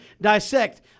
dissect